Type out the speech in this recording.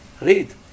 Read